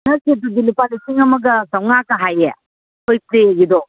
ꯅꯠꯇꯦ ꯑꯗꯨꯗꯤ ꯂꯨꯄꯥ ꯂꯤꯁꯤꯡ ꯑꯃꯒ ꯆꯥꯝꯃꯉꯥꯒ ꯍꯥꯏꯌꯦ ꯑꯩꯈꯣꯏ ꯀ꯭ꯂꯦꯒꯤꯗꯣ